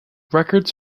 records